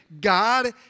God